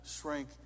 shrink